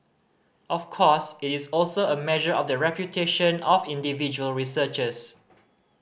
of course it is also a measure of the reputation of individual researchers